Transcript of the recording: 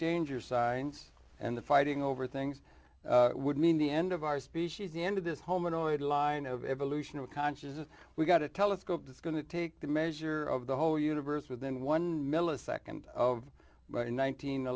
danger signs and the fighting over things would mean the end of our species the end of this home annoyed line of evolution of consciousness we've got a telescope that's going to take the measure of the whole universe within one millisecond of